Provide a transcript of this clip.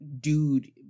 dude